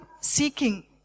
seeking